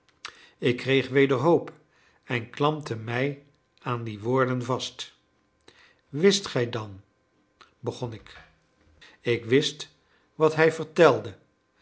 ik kreeg weder hoop en klampte mij aan die woorden vast wist gij dan begon ik ik wist wat hij vertelde